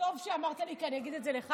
טוב שאמרת לי, כי אגיד את זה לך.